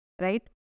right